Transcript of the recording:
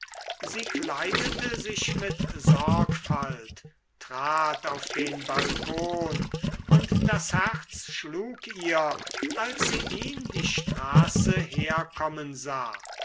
sie kleidete sich mit sorgfalt trat auf den balkon und das herz schlug ihr als sie ihn die straße herkommen sah